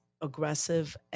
aggressive